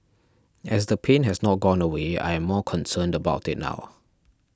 as the pain has not gone away I am more concerned about it now